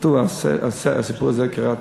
כתוב, הסיפור הזה, קראתי,